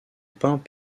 peint